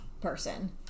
person